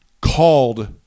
called